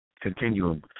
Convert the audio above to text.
continuum